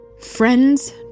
Friends